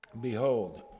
behold